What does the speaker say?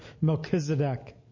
Melchizedek